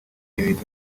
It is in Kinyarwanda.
ibiza